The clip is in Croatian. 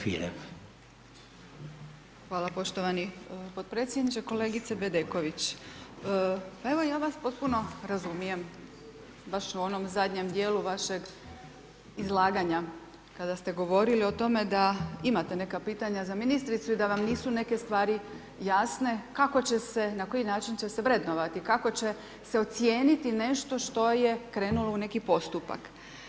Hvala poštovani podpredsjedniče, kolegice Bedeković, pa evo ja vas potpuno razumijem, baš u onom dijelu vašega izlaganja kada ste govorili o tome da imate neka pitanja za ministricu i da vam nisu neke stvari jasne, kako će se, na koji način će se vrednovati, kako će se ocijeniti nešto što je krenulo u neki postupak.